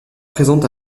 présentes